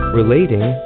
relating